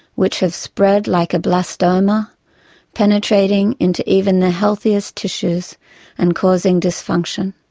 which have spread like a glioblastoma, penetrating into even the healthiest tissues and causing dysfunction.